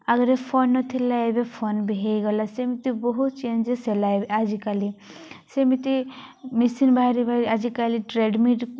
ଆଗରେ ଫୋନ୍ ନଥିଲା ଏବେ ଫୋନ ବି ହେଇଗଲା ସେମିତି ବହୁତ ଚେଞ୍ଜେସ୍ ହେଲା ଏବେ ଆଜିକାଲି ସେମିତି ମେସିନ ବାହାରି ବାହାରି ଆଜିକାଲି ଟ୍ରେଡ଼ମିଲ୍